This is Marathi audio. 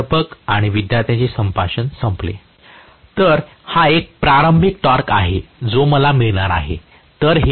प्राध्यापक विद्यार्थ्यांचे संभाषण संपले तर हा एक प्रारंभिक टॉर्क आहे जो मला मिळणार आहे